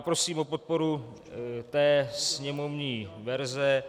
Prosím o podporu sněmovní verze.